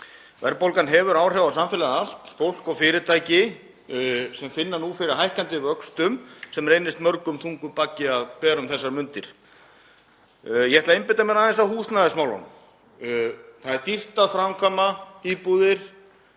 Verðbólgan hefur áhrif á samfélagið allt, fólk og fyrirtæki sem finna nú fyrir hækkandi vöxtum sem reynist mörgum þungur baggi að bera um þessar mundir. Ég ætla að einbeita mér að aðeins að húsnæðismálunum. Það er dýrt að byggja íbúðir